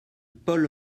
paul